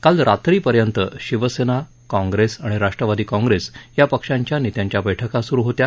काल रात्रीपर्यंत शिवसेना काँग्रेस आणि राष्ट्रवादी काँग्रेस पक्षाच्या नेत्यांच्या बैठका सुरु होत्या